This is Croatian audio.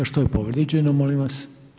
Što je povrijeđeno molim vas?